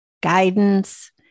guidance